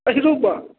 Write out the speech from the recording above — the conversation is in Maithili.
अहिरौ बा